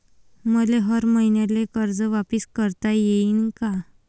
मले हर मईन्याले कर्ज वापिस करता येईन का?